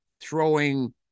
throwing